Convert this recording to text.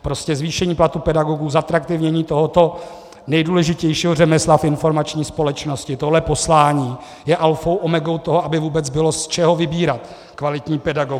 Prostě zvýšení platů pedagogů, zatraktivnění tohoto nejdůležitějšího řemesla v informační společnosti, tohle poslání je alfou omegou toho, aby vůbec bylo z čeho vybírat kvalitní pedagogy.